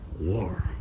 war